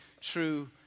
true